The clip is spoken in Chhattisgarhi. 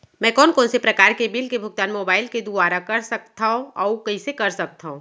मैं कोन कोन से प्रकार के बिल के भुगतान मोबाईल के दुवारा कर सकथव अऊ कइसे कर सकथव?